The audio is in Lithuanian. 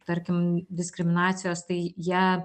tarkim diskriminacijos tai jie